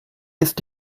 ist